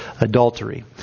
adultery